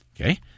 Okay